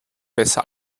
besser